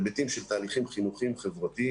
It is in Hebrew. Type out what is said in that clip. היבטים של תהליכים חינוכיים-חברתיים,